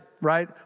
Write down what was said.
right